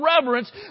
reverence